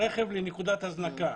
לנקודת הזנקה,